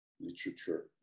literature